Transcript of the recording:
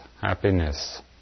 happiness